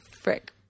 Frick